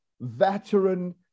veteran